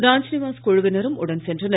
ராஜ்நிவாஸ் குழுவினரும் உடன் சென்றனர்